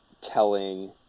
telling